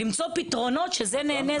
למצוא פתרונות שזה נהנה וזה לא חסר.